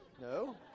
No